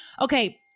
Okay